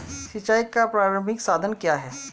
सिंचाई का प्रारंभिक साधन क्या है?